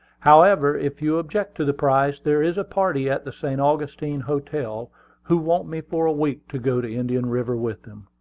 however, if you object to the price, there is a party at the st. augustine hotel who want me for a week to go to indian river with them.